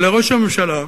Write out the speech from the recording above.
לראש הממשלה,